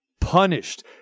punished